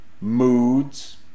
moods